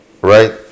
right